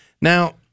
Now